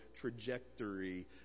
trajectory